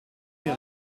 mir